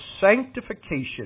sanctification